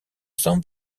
san